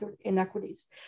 inequities